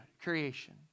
creation